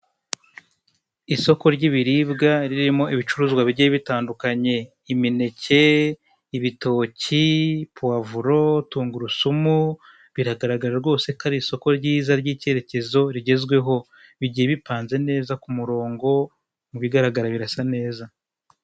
Isoko ry'ibiribwa ririmo ibicuruzwa bigiye bitandukanye: imineke, ibitoki, pavuro, tungurusumu. Biragaragara rwose ko ari isoko ryiza ry'icyerekezo rigezweho. Bigiye bipanze neza ku murongo, mu bigaragara birasa neza.